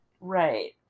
Right